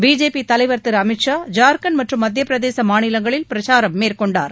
BJP தலைவர் திரு அமித் ஷா ஜார்கண்ட் மற்றும் மத்தியப்பிரதேச மாநிலங்களில் பிரச்சாரம் மேற்கொண்டார்